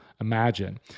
imagine